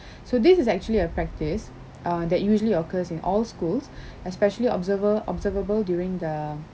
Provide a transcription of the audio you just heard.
so this is actually a practice that uh usually occurs in all schools especially observer observable during the